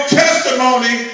testimony